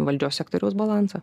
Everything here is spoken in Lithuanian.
valdžios sektoriaus balansą